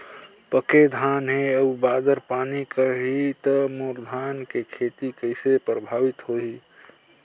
पके धान हे अउ बादर पानी करही त मोर धान के खेती कइसे प्रभावित होही?